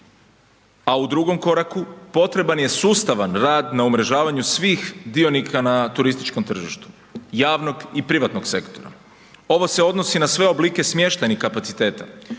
a u 2. koraku potreban je sustavan rad na umrežavanju svih dionika na turističkom tržištu. Javnog i privatnog sektora. Ovo se odnosi na sve oblike smještajnih kapaciteta.